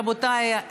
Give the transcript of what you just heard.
רבותיי,